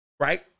Right